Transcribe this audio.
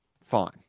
fine